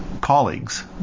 colleagues